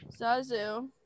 Zazu